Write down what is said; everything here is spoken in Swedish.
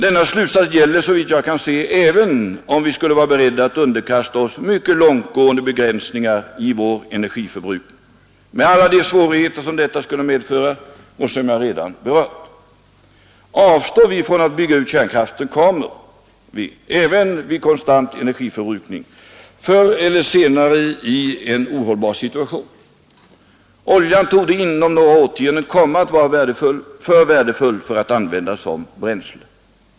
Denna slutsats gäller såvitt jag kan se även om vi skulle vara beredda att underkasta oss mycket långtgående begränsningar i vår energiförbruk ning, med alla de svårigheter som detta skulle medföra och som jag redan berört. Avstår vi från att bygga ut kärnkraften kommer vi — även vid konstant energiförbrukning — förr eller senare i en ohållbar situation. Oljan torde inom några årtionden komma att vara för värdefull för att användas som bränsle.